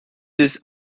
das